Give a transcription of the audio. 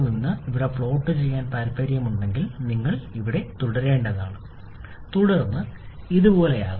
നിങ്ങൾക്കത് ഇവിടെ പ്ലോട്ട് ചെയ്യാൻ താൽപ്പര്യമുണ്ടെങ്കിൽ നിങ്ങൾ ഇത് വരെ തുടരേണ്ടതാണ് തുടർന്ന് ഇതുപോലെയാകണം